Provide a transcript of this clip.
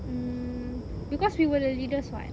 mm because we were the leaders [what]